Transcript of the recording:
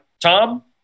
Tom